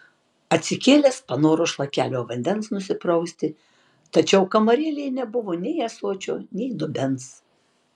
atsikėlęs panoro šlakelio vandens nusiprausti tačiau kamarėlėje nebuvo nei ąsočio nei dubens